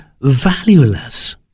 valueless